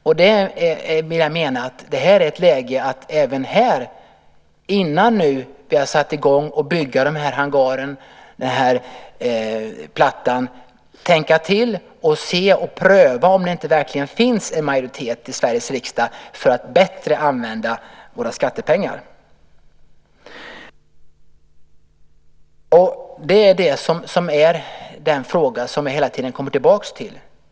Jag vill mena att det även här är läge för att innan man har satt i gång med att bygga plattan och hangaren tänka till och pröva om det verkligen inte finns en majoritet i Sveriges riksdag för att bättre använda våra skattepengar. Detta är den fråga som jag hela tiden kommer tillbaka till.